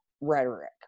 rhetoric